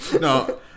no